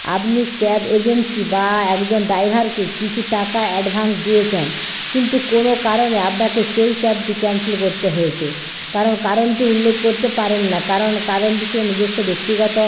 আপনি cab agency বা একজন ড্রাইভারকে কিছু টাকা অ্যাডভান্স দিয়েছেন কিন্তু কোনো কারণে আপনাকে সেই ক্যাবটি ক্যানসেল করতে হয়েছে কারণ কারণটি উল্লেখ করতে পারেন না কারণ কারণটি শুধু নিজস্ব ব্যক্তিগত